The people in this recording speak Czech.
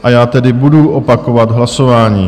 A já tedy budu opakovat hlasování.